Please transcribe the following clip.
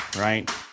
Right